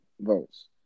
votes